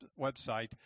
website